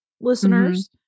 listeners